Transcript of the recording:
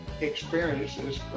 experiences